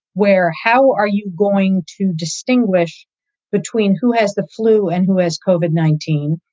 where how are you going to distinguish between who has the flu and who has covid nineteen?